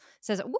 says